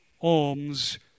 alms